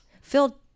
Phil